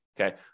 Okay